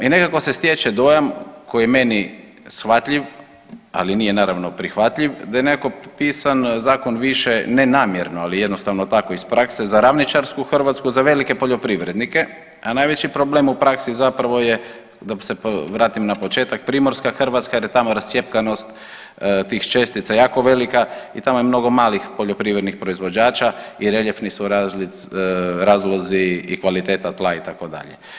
I nekako se stječe dojam koji je meni shvatljiv, ali nije naravno prihvatljiv, da je nekako pisan zakon više ne namjerno, ali jednostavno tako iz prakse za ravničarsku Hrvatsku, za velike poljoprivrednike a najveći problem u praksi zapravo je da se vratim na početak primorska Hrvatska jer je tamo rascjepkanost tih čestica jako velika i tamo je mnogo malih poljoprivrednih proizvođača i reljefni su razlozi i kvaliteta tla itd.